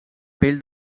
pell